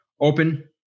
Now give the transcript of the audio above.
open